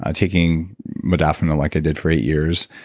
ah taking modafinil like ah did for eight years,